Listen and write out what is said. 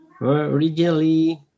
Originally